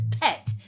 pet